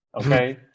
okay